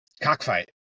Cockfight